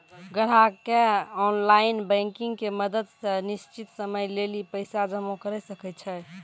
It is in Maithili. ग्राहकें ऑनलाइन बैंकिंग के मदत से निश्चित समय लेली पैसा जमा करै सकै छै